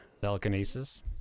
Telekinesis